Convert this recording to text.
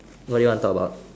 what do you want to talk about